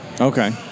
Okay